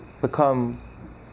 become